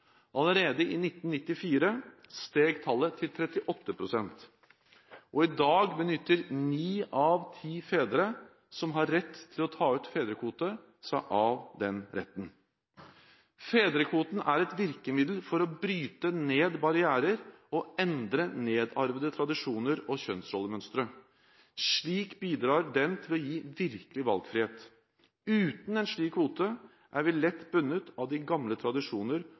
Allerede i 1994 steg tallet til 38 pst., og i dag benytter ni av ti fedre som har rett til å ta ut fedrekvote, seg av den retten. Fedrekvoten er et virkemiddel for å bryte ned barrierer og endre nedarvede tradisjoner og kjønnsrollemønstre. Slik bidrar den til å gi virkelig valgfrihet. Uten en slik kvote er vi lett bundet av de gamle tradisjoner